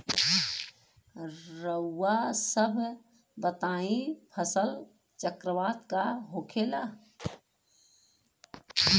रउआ सभ बताई फसल चक्रवात का होखेला?